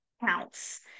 counts